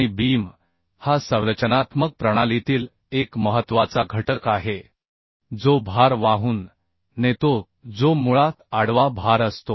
आणि बीम हा संरचनात्मक प्रणालीतील एक महत्त्वाचा घटक आहे जो भार वाहून नेतो जो मुळात आडवा भार असतो